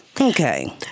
Okay